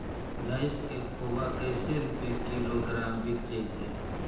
भैस के खोबा कैसे रूपये किलोग्राम बिक जइतै?